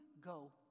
go